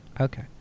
Okay